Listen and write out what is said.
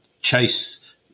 chase